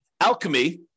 Alchemy